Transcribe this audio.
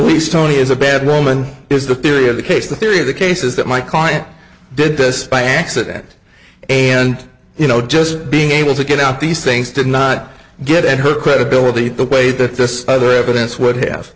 the least tony is a bad moment because the theory of the case the theory of the case is that my client did this by accident and you know just being able to get out these things did not get her credibility the way that this other evidence would have